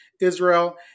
Israel